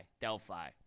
Delphi